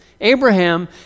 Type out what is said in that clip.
Abraham